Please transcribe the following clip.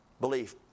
belief